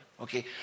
Okay